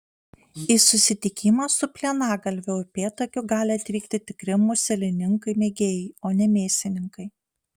į susitikimą su plienagalviu upėtakiu gali atvykti tikri muselininkai mėgėjai o ne mėsininkai